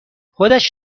خودش